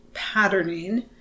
patterning